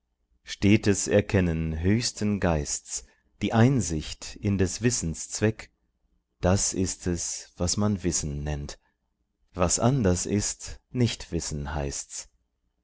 stetes erkennen höchsten geist's die einsicht in des wissens zweck das ist es was man wissen nennt was anders ist nichtwissen heißt's